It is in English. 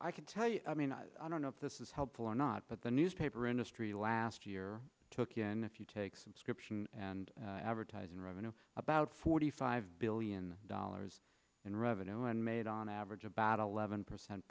i can tell you i mean i don't know if this is helpful or not but the newspaper industry last year took in if you take subscription and advertising revenue about forty five billion dollars in revenue and made on average about eleven percent